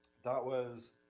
that was,